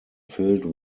filled